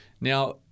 Now